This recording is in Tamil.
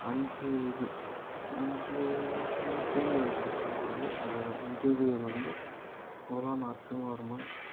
அஞ்சு இது அஞ்சு என்ன சொல்லுவாங்க தூண்கள் இருக்கிறதா சொல்லப்படுது அத நிருபீயார் வந்து முதலாம் நரசிம்மவர்மன்